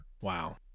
Wow